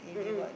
mm mm